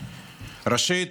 ראשית,